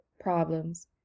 problems